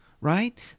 right